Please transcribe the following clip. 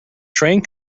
train